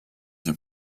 the